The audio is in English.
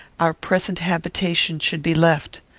our present habitation should be left.